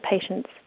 patient's